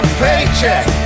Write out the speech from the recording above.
paycheck